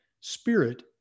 spirit